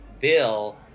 bill